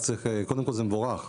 קודם כל זה מבורך,